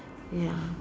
ya